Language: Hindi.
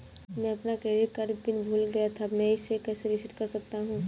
मैं अपना क्रेडिट कार्ड पिन भूल गया था मैं इसे कैसे रीसेट कर सकता हूँ?